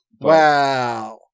Wow